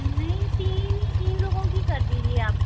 नहीं तीन ही तीन लोगों की कर दीजिए आप